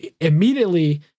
immediately